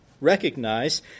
recognize